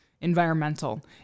environmental